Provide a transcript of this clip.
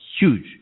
huge